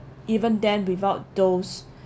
even then without those